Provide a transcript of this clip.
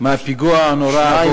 בפיגוע הנורא הבוקר,